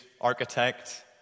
architect